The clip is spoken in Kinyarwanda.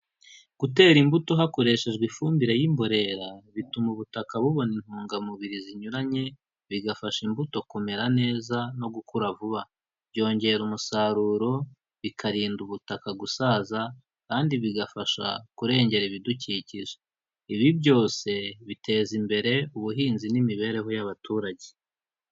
Gutera imbuto hakoreshejwe ifumbire y'imborera bituma ubutaka bubona intungamubiri zinyuranye bigafasha imbuto kumera neza no gukura vuba, byongera umusaruro, bikarinda ubutaka gusaza, kandi bigafasha kurengera ibidukikije. Ibi byose biteza imbere ubuhinzi n'imibereho y'abaturage.